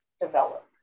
develop